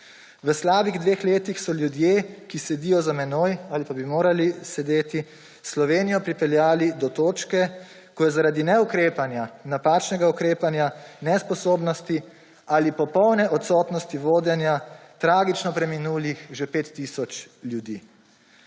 V slabih dveh letih so ljudje, ki sedijo za menoj ali pa bi morali sedeti, Slovenijo pripeljali do točke, ko je zaradi neukrepanja, napačnega ukrepanja, nesposobnosti ali popolne odsotnosti vodenja tragično preminulih že 5 tisoč ljudi.